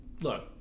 look